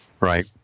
Right